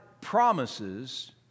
promises